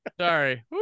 Sorry